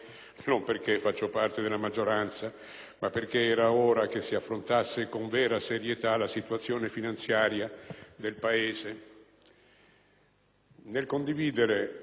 non perché faccio parte della maggioranza, ma perché era ora che si affrontasse con vera serietà la situazione finanziaria del Paese.